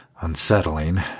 unsettling